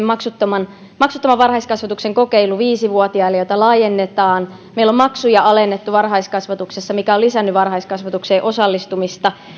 maksuttoman maksuttoman varhaiskasvatuksen kokeilu viisi vuotiaille jota laajennetaan meillä on maksuja alennettu varhaiskasvatuksessa mikä on lisännyt varhaiskasvatukseen osallistumista